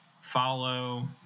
follow